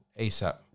asap